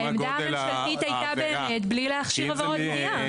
העמדה הממשלתית הייתה באמת בלי להגדיר עבירות בניה.